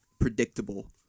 predictable